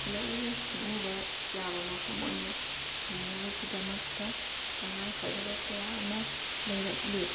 ꯂꯧꯎ ꯁꯤꯡꯎꯕ ꯌꯥꯕ ꯃꯐꯝ ꯑꯣꯏꯅ ꯊꯝꯅꯕꯒꯤꯗꯃꯛꯇ ꯇꯉꯥꯢꯐꯗꯕ ꯀꯌꯥ ꯑꯃ ꯂꯩꯔꯛꯂꯤ